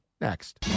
next